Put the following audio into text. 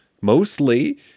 Mostly